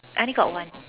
I only got one